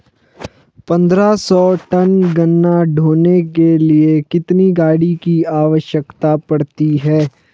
पन्द्रह सौ टन गन्ना ढोने के लिए कितनी गाड़ी की आवश्यकता पड़ती है?